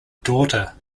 daughter